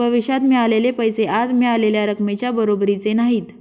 भविष्यात मिळालेले पैसे आज मिळालेल्या रकमेच्या बरोबरीचे नाहीत